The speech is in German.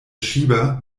schieber